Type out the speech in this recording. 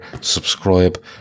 subscribe